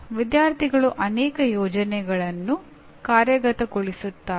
ವಿದ್ಯಾರ್ಥಿಗಳು ಅನೇಕ ಯೋಜನೆಗಳನ್ನು ಕಾರ್ಯಗತಗೊಳಿಸುತ್ತಾರೆ